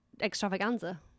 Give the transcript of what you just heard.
extravaganza